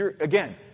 Again